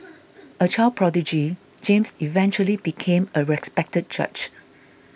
a child prodigy James eventually became a respected judge